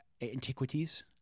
antiquities